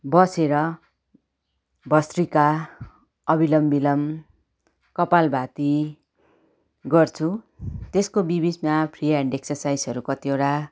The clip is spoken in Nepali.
बसेर भस्तृका अबिलोम बिलोम कपाल भारती गर्छु त्यसको बिबिचमा फ्री ह्यान्ड एक्सरसाइहरू कतिवटा